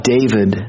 David